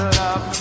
love